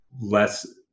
less